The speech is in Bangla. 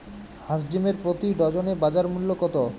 হাঁস ডিমের প্রতি ডজনে বাজার মূল্য কত?